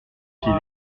qu’il